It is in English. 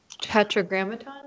Tetragrammaton